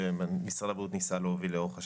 שמשרד הבריאות ניסה להוביל לאורך השנים.